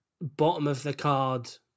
bottom-of-the-card